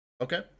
okay